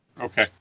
Okay